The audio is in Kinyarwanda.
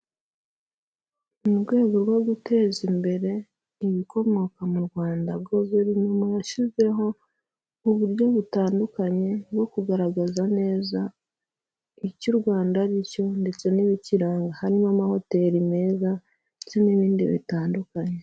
Mu rwego rwo guteza imbere ibikomoka mu Rwanda guverinoma yashyizeho uburyo butandukanye, bwo kugaragaza neza icyo u Rwanda ari cyo ndetse n'ibikiranga, harimo amahoteli meza ndetse n'ibindi bitandukanye.